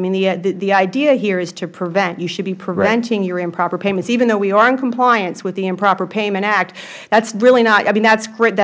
mean the idea here is to preventh you should be preventing your improper payments even though we are in compliance with the improper payment act that is really not i mean that